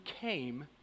came